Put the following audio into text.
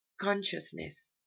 consciousness